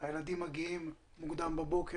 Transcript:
לשם הילדים מגיעים מוקדם בבוקר,